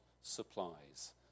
supplies